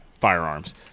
firearms